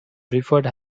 preferred